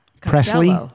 Presley